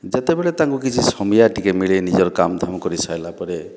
ଯେତେବେଳେ ତାଙ୍କୁ କିଛି ସମୟା ଟିକେ ମିଳେ ନିଜର କାମ୍ ଧାମ୍ କରି ସାରିଲା ପରେ